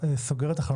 דיברתם מקודם על היטל